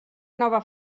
nova